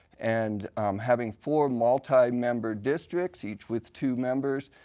and having four multi member districts, each with two members,